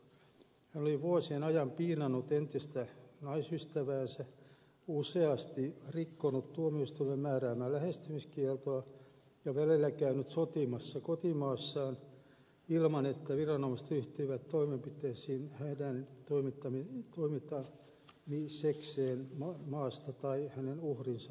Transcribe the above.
hän oli vuosien ajan piinannut entistä naisystäväänsä useasti rikkonut tuomioistuimen määräämää lähestymiskieltoa ja välillä käynyt sotimassa kotimaassaan ilman että viranomaiset ryhtyivät toimenpiteisiin hänen toimittamisekseen maasta tai hänen uhrinsa puolustamiseksi